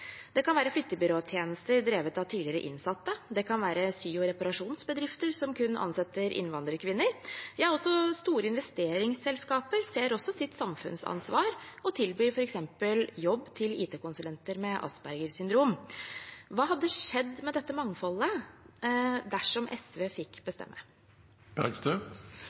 Det kan være flyttebyråtjenester drevet av tidligere innsatte, det kan være sy- og reparasjonsbedrifter som kun ansetter innvandrerkvinner. Store investeringsselskaper ser også sitt samfunnsansvar og tilbyr f.eks. jobb til IT-konsulenter med Aspergers syndrom. Hva hadde skjedd med dette mangfoldet dersom SV fikk